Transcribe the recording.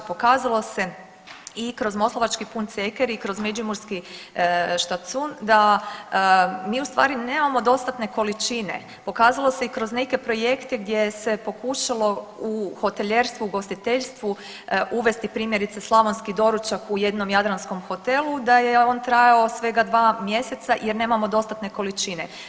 Pokazalo se i kroz moslavački „Pun ceker“ i kroz „Međimurski štacun“ da mi u stvari nemamo dostatne količine, pokazalo se i kroz neke projekte gdje se pokušalo u hotelijerstvu i u ugostiteljstvu uvesti primjerice slavonski doručak u jednom jadranskom hotelu da je on trajao svega dva mjeseca jer nemamo dostatne količine.